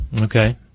Okay